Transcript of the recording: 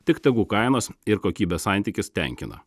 tik tegu kainos ir kokybės santykis tenkina